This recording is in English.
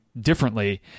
differently